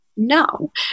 No